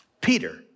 Peter